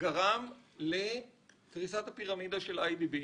גרם לקריסת הפירמידה של איי די בי.